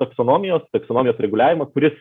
taksonomijos taksonomijos reguliavimas kuris